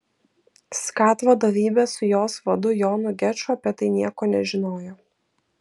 skat vadovybė su jos vadu jonu geču apie tai nieko nežinojo